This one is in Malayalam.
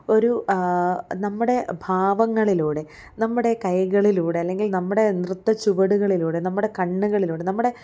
ഒരു നമ്മുടെ ഭാവങ്ങളിലൂടെ ന കൈകളിലൂടെ അല്ലെങ്കിൽ നമ്മടെ നൃത്തച്ചുവടുകളിലൂടെ നമ്മടെ കണ്ണുകളിലൂടെ നമ്മടെ